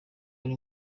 uri